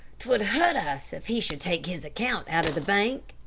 t would hurt us if he should take his account out of the bank.